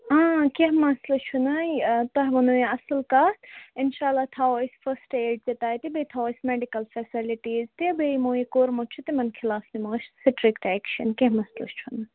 کیٚنٛہہ مسلہٕ چھُ ناے تۄہہِ ووٚنوٕ یہِ اَصٕل کٔتھ اِنشااللہ تھاوَو أسۍ فسٹہٕ ایٚڈ تہِ تتہِ بیٚیہ تھاوَو أسۍ میڈِیکل فیسلٹیٖز تہِ بیٚیہِ یِمو یہِ کوٚرمُت چھُ تِمن خٕلاف نِمو أسۍ سِٹرٛکٹ ایکشن کیٚنٛہہ مسلہٕ چھُ نہٕ